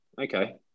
Okay